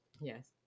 Yes